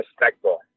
respectful